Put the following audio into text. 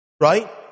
right